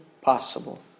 possible